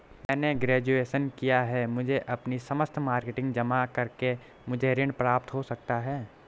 मैंने ग्रेजुएशन किया है मुझे अपनी समस्त मार्कशीट जमा करके मुझे ऋण प्राप्त हो सकता है?